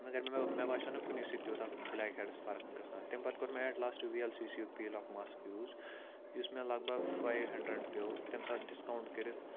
مگر مےٚ باسٮ۪و نہٕ کُنی سۭتۍ تیٛوٗتاہ بُلیک ہٮ۪ڈَس فرق گژھان تَمہِ پَتہٕ کوٚر مےٚ at last V L C C ہُک پیٖل آف ماسٕک یوٗز یُس مےٚ لگ بگ فایو ہَنٛڈرَنٛڈ پٮ۪و تَمہِ ساتہٕ ڈِسکاوُنٛٹ کٔرِتھ